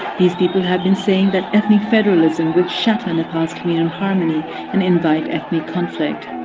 these people have been saying that ethnic federalism would shatter nepal's communal harmony and invite ethnic conflict.